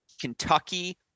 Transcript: Kentucky